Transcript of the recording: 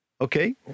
Okay